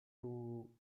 two